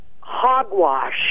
hogwash